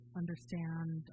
understand